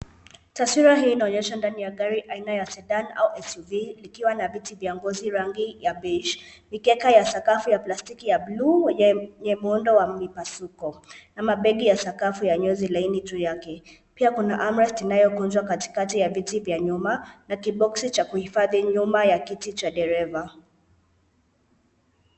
Taswira hii inaonyesha ndani ya gari aina ya Sedan au [csSUV , ikiwa na viti vya ngozi rangi ya beige . Mikeka ya sakafu ya plastiki ya blue yenye muundu wa mipasuko, ama begi ya sakafu ya nyozi laini juu yake. Pia kuna arm rest inayokunjwa katikati ya viti vya nyuma, na kiboski cha kuhifadhi nyuma ya kiti cha dereva.